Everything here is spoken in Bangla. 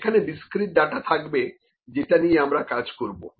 সেখানে ডিসক্রিট ডাটা থাকবে যেটা নিয়ে আমরা কাজ করবো